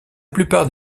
plupart